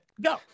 Go